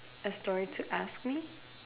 a story to ask me